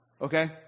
okay